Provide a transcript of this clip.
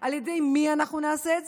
על ידי מי אנחנו נעשה את זה?